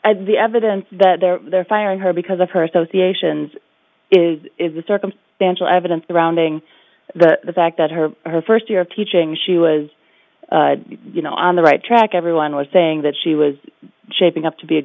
defend the evidence that they're there firing her because of her associations is the circumstantial evidence surrounding the fact that her her first year of teaching she was you know on the right track everyone was saying that she was j p up to be a